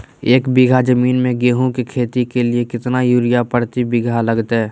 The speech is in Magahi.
एक बिघा जमीन में गेहूं के खेती के लिए कितना यूरिया प्रति बीघा लगतय?